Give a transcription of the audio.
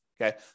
Okay